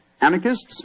anarchists